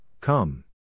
Come